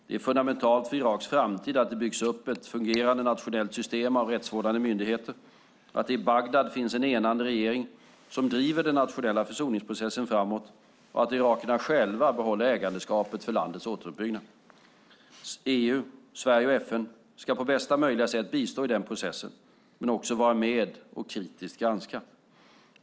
Det är fundamentalt för Iraks framtid att det byggs upp ett fungerande nationellt system av rättsvårdande myndigheter, att det i Bagdad finns en enande regering som driver den nationella försoningsprocessen framåt och att irakierna själva behåller ägandeskapet för landets återuppbyggnad. EU, Sverige och FN ska på bästa möjliga sätt bistå i den processen, men också vara med och kritiskt granska.